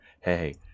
hey